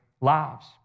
lives